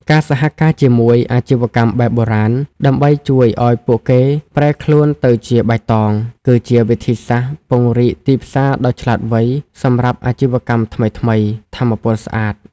ការសហការជាមួយ "អាជីវកម្មបែបបុរាណ" ដើម្បីជួយឱ្យពួកគេប្រែខ្លួនទៅជាបៃតង គឺជាវិធីសាស្ត្រពង្រីកទីផ្សារដ៏ឆ្លាតវៃសម្រាប់អាជីវកម្មថ្មីៗ ថាមពលស្អាត។